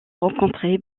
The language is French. rencontrés